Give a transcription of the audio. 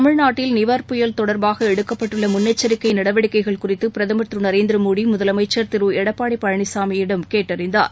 தமிழ்நாட்டில் நிவர் புயல் தொடர்பாக எடுக்கப்பட்டுள்ள முன்னெச்சரிக்கை நடவடிக்கைகள் குறித்து பிரதமர் திரு நரேந்திரமோடி முதலமைச்சர் திரு எடப்பாடி பழனிசாமியிடம் கேட்டறிந்தார்